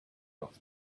off